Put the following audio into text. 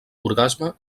orgasme